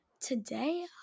today